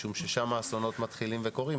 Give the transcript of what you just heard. משום ששם האסונות מתחילים וקורים.